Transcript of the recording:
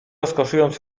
rozkoszując